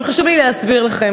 אבל חשוב לי להסביר לכם,